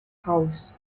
house